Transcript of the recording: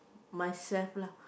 myself lah